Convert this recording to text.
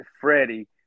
Freddie